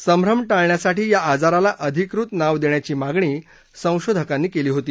संभ्रम टाळण्यासाठी या आजाराला अधिकृत नाव देण्याची मागणी संशोधकांनी केली होती